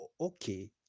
okay